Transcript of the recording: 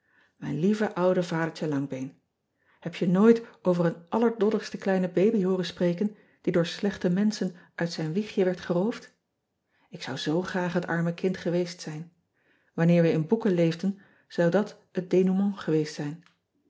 ijn lieve oude adertje angbeen eb je nooit over een allerdoddigste kleine baby hooren spreken die door slechte menschen uit zijn wiegje werd geroofd k zou zoo graag het arme kind geweest zijn anneer we in boeken leefden zou dat het dénouement geweest zijn